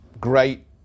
great